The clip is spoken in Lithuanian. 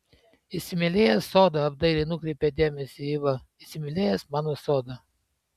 įsimylėjęs sodą apdairiai nukreipė dėmesį eiva įsimylėjęs mano sodą